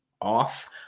off